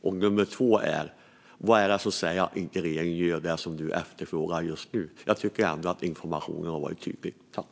Vad är det som säger att regeringen inte gör det du efterfrågar just nu? Jag tycker att informationen har varit tydlig.